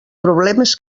problemes